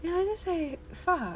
you know it's just like fuck